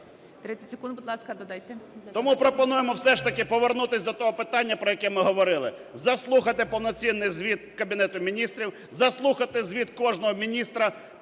Тому пропонуємо все ж таки повернутись до того питання, про яке ми говорили. Заслухати повноцінний звіт Кабінету Міністрів, заслухати звіт кожного міністра,